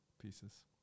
pieces